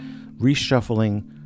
reshuffling